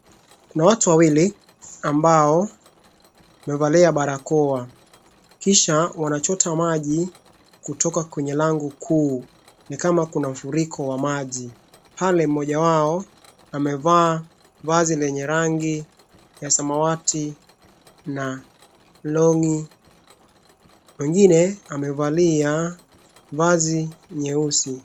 Watu wawili ambao wamevalia barakoa ,kisha wanachota maji kutoka kwenye lango kuu, ni kama kuna mafuriko ya maji. Pale mmoja wao amevaa vazi lenye rangi ya samawati na longi. Mwingine amevalia vazi nyeusi.